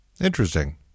interesting